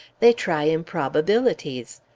they try improbabilities.